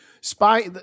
spy